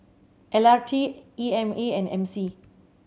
L R T E M A and M C